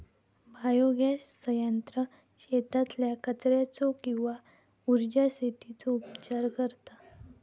biogas संयंत्र शेतातल्या कचर्याचो किंवा उर्जा शेतीचो उपचार करता